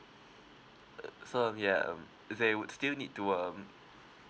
uh so um ya um they would still need to um